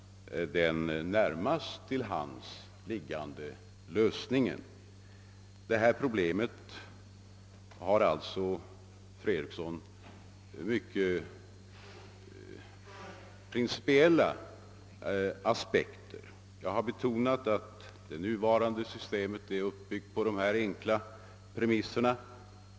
den närmast till hands liggande lösningen. Detta problem har alltså, fru ,Eriksson, aspekter av mycket principiell naur. Jag har betonat. att. det nuvarande systemet är uppbyggt på vissa. enkla regler.